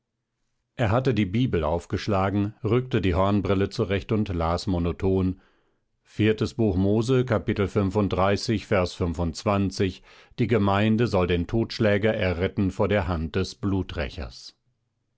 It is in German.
er hatte die bibel aufgeschlagen rückte die hornbrille zurecht und las monoton buch mose kapitel vers die gemeinde soll den totschläger erretten vor der hand des